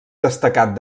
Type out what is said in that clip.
destacat